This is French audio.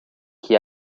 qui